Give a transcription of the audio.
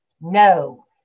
No